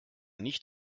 nicht